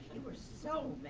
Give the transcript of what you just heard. you were so